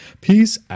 peace